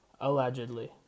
allegedly